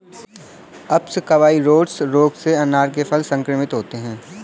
अप्सकवाइरोइड्स रोग से अनार के फल संक्रमित होते हैं